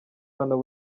hano